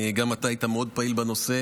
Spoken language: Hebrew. גם אתה היית מאוד פעיל בנושא,